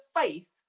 faith